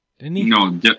No